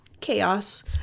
chaos